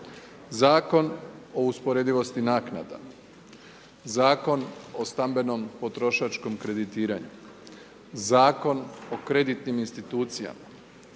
Zakon o usporedivosti naknada, Zakon o stambenom potrošačkom kreditiranju, Zakon o kreditnim institucijama,